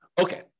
Okay